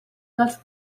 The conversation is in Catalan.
dels